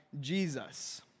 Jesus